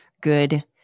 good